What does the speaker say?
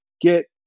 get